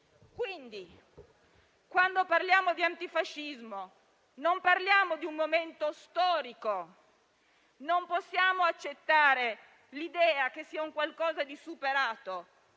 Quindi, quando parliamo di antifascismo non ci riferiamo a un momento storico e non possiamo accettare l'idea che sia un qualcosa di superato,